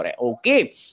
okay